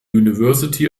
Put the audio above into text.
university